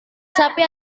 sapi